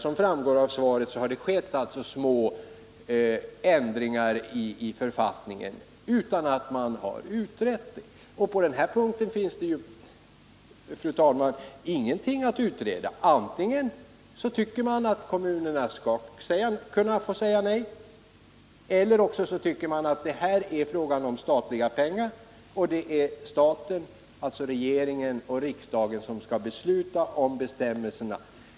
Såsom framgår av svaret har det gjorts små ändringar i författningen utan att man har utrett det. På den här punkten finns det, fru talman, ingenting att utreda. Antingen tycker man att kommunerna skall kunna få säga nej eller också tycker man att här är det fråga om statliga pengar, och då är det staten — alltså regeringen och riksdagen — som skall besluta om bestämmelserna.